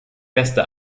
feste